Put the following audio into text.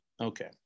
okay